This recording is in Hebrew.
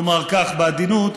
נאמר כך בעדינות,